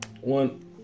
one